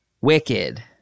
Wicked